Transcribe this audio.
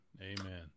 Amen